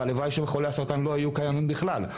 והלוואי שחולי הסרטן לא היו קיימים בכלל,